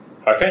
Okay